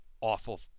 awful